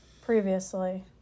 previously